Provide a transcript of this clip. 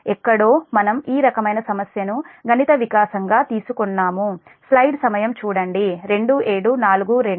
ఎక్కడో మనం ఈ రకమైన సమస్యను గణిత వికాసం గా తీసుకున్నాం